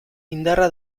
indarra